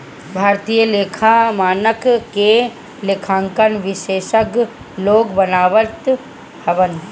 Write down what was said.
भारतीय लेखा मानक के लेखांकन विशेषज्ञ लोग बनावत हवन